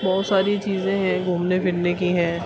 اور بہت ساری چیزیں ہیں گھومنے پھرنے کی